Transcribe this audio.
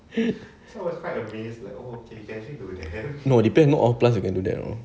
no depend not off plus you can do that or not